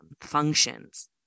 functions